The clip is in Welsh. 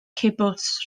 cibwts